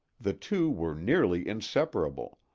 the two were nearly inseparable,